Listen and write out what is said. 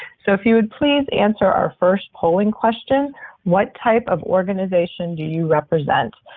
so, if you would please answer our first polling question what type of organization do you represent?